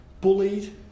bullied